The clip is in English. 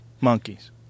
Monkeys